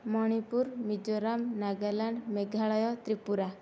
Manipur Mizoram Nagaland Meghalaya Tripura